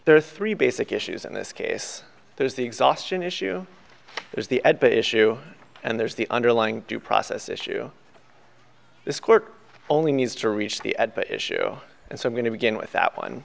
are three basic issues in this case there's the exhaustion issue there's the at the issue and there's the underlying due process issue this court only needs to reach the at the issue and so i'm going to begin with that one